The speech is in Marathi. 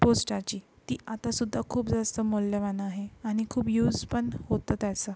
पोस्टाची ती आतासुद्धा खूप जास्त मौल्यवान आहे आणि खूप यूस पण होतो त्याचा